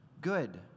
Good